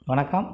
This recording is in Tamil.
வணக்கம்